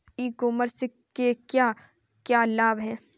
ई commerce के क्या क्या लाभ हैं?